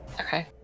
Okay